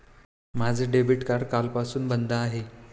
माझे debit card कालपासून बंद आहे